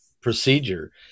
procedure